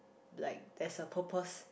like there's a purpose